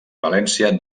valència